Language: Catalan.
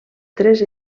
tres